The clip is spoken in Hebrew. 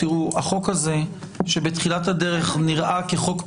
החוק הזה שבתחילת הדרך נראה כחוק פשוט,